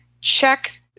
check